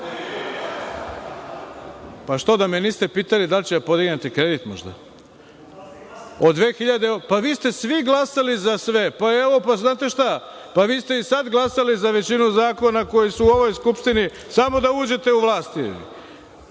Što, da me niste pitali da li ćete da podignete kredit, možda? Pa vi ste svi glasali za sve, pa znate šta, pa vi ste i sada glasali za većinu zakona koji su u ovoj Skupštini, samo da uđete u vlast. Dve